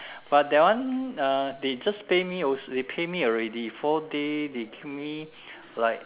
but that one uh they just pay me they pay me already four day they give me like